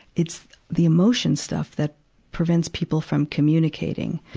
it's the emotion stuff that prevents people from communicating.